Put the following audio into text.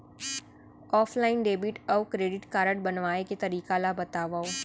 Offline debit अऊ credit card बनवाए के तरीका ल बतावव?